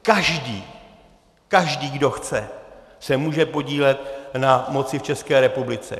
Každý, každý, kdo chce, se může podílet na moci v České republiky.